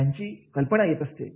यांची कल्पना येते